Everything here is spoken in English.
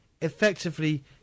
effectively